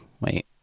wait